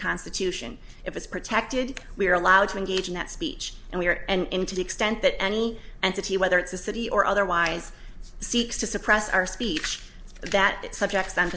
constitution if it's protected we're allowed to engage in that speech and we're and to the extent that any and city whether it's a city or otherwise seeks to suppress our speech that subjects